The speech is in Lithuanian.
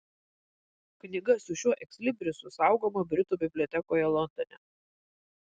knyga su šiuo ekslibrisu saugoma britų bibliotekoje londone